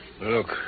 Look